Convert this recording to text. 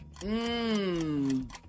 Mmm